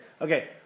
Okay